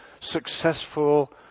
successful